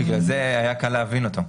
כן, בגלל זה היה קל להבין אותו.